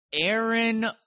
Aaron